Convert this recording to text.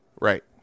Right